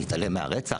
להתעלם מהרצח?